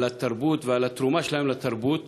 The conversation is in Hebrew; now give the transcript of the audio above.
על התרבות ועל התרומה שלהם לתרבות,